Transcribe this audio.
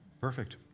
Perfect